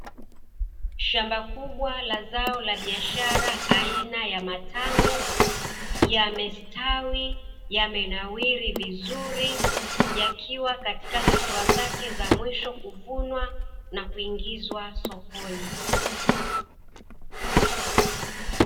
Shamba kubwa la zao la biashara aina ya matango, yamestawi, yamenawiri vizuri, yakiwa katika hatua zake za mwisho kuvunwa na kuingizwa sokoni.